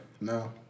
No